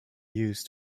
used